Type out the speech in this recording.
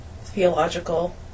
theological